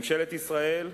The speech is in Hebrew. ממשלת ישראל,